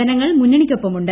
ജനങ്ങൾ മുന്നണിക്കൊപ്പമുണ്ട്